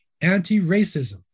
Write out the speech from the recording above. anti-racism